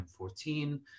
2014